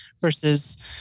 versus